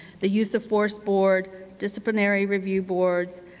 the use of force board, disciplinary review boards,